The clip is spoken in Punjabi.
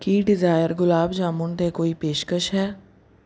ਕੀ ਡਿਜ਼ਾਇਰ ਗੁਲਾਬ ਜਾਮੁਨ 'ਤੇ ਕੋਈ ਪੇਸ਼ਕਸ਼ ਹੈ